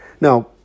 Now